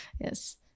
yes